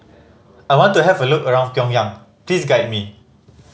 I want to have a look around Pyongyang please guide me